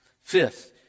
Fifth